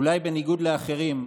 אולי בניגוד לאחרים,